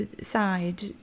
side